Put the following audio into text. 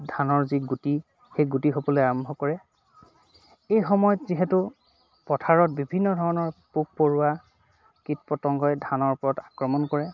ধানৰ যি গুটি সেই গুটি হ'বলৈ আৰম্ভ কৰে এই সময়ত যিহেতু পথাৰত বিভিন্ন ধৰণৰ পোক পৰুৱা কীট পতংগই ধানৰ ওপৰত আক্ৰমণ কৰে